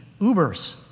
Ubers